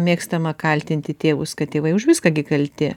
mėgstama kaltinti tėvus kad tėvai už viską gi kalti